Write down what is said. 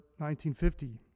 1950